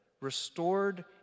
restored